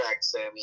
Sammy